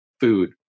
food